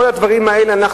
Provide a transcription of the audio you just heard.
כל הדברים האלה,